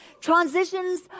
transitions